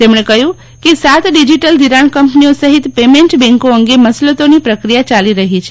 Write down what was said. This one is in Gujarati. તેમજ્ઞે કહ્યું કે સાત ડિજીટલ ધિરાણ કંપનીઓ સહિત પેમેન્ટ બેન્કો અંગે મસલતોની પ્રક્રિયા ચાલી રહી છે